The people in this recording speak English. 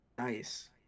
nice